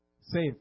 save